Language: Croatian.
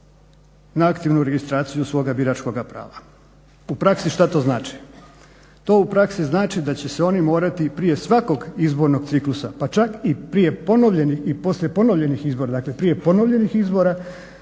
na aktivnu registraciju svoga biračkoga prava. U praksi šta to znači? To u praksi znači da će se oni morati prije svakog izbornog ciklusa pa čak i poslije ponovljenih izbora, dakle prije ponovljenih izbora